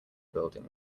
building